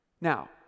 Now